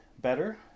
better